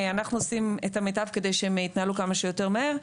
אנחנו עושים את המיטב כדי שהם יתנהלו כמה שיותר מהר,